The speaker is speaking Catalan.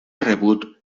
rebut